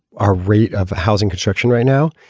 our rate of housing construction right now,